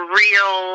real